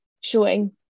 showing